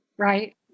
Right